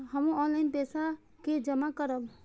हमू ऑनलाईनपेसा के जमा करब?